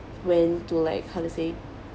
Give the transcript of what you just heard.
went to like how to say